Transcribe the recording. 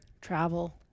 Travel